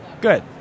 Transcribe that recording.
Good